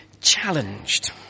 challenged